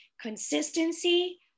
Consistency